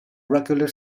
regular